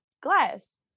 glass